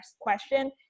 question